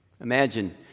Imagine